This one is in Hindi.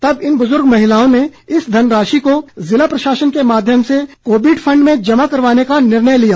तब इन बुजुर्ग महिलाओं ने इस धनराशि को ज़िला प्रशासन के माध्यम से कोविड फंड में जमा करवाने का निर्णय लिया